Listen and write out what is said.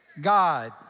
God